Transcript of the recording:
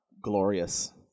glorious